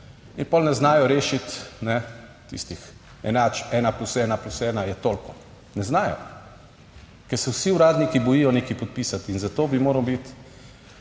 in pol ne znajo rešiti ne tistih enačb ena plus ena plus ena je toliko. Ne znajo, ker se vsi uradniki bojijo nekaj podpisati in zato bi moral biti,